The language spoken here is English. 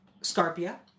Scarpia